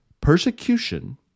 Persecution